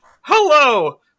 Hello